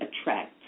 attract